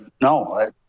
no